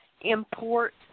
import